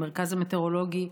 המרכז המטאורולוגי,